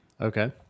Okay